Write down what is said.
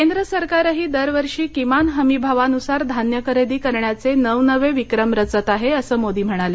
केंद्र सरकारही दरवर्षी किमान हमीभावानुसार धान्यखरेदी करण्याचे नवनवे विक्रम रचत आहे असं मोदी म्हणाले